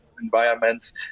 environments